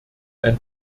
ein